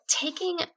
taking